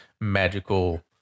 magical